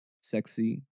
sexy